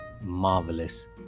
marvelous